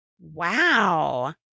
Wow